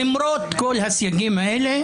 למרות כל הסייגים האלה,